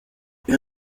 uyu